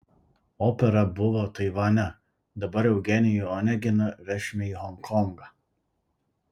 opera buvo taivane dabar eugenijų oneginą vešime į honkongą